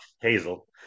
Hazel